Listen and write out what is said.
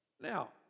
Now